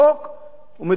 ומצד רביעי,